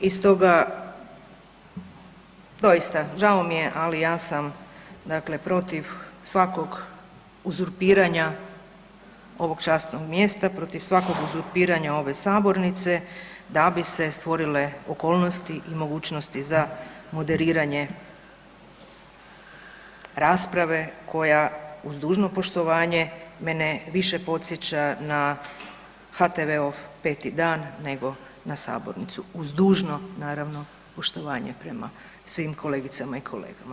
I stoga doista žao mi je ali ja sam dakle protiv svakog uzurpiranja ovog časnog mjesta, protiv svakog uzurpiranja ove sabornice da bi se stvorile okolnosti i mogućnosti za moderiranje rasprave koja uz dužno poštovanje više podsjeća na HTV-ov 5 dan, nego na sabornicu, uz dužno naravno poštovanje prema svim kolegicama i kolegama.